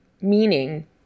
meaning